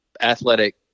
athletic